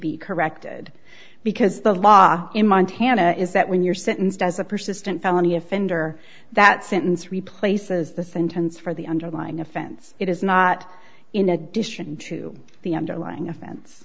be corrected because the law in montana is that when you're sentenced as a persistent felony offender that sentence replace as the sentence for the underlying offense it is not in addition to the underlying offense